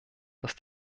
dass